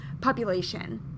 population